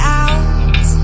out